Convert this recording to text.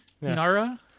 nara